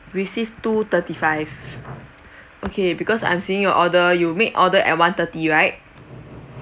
received two thirty five okay because I'm seeing your order you make order at one thirty right